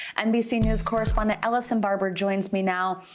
nbc news correspondent, ellison barber joins me now.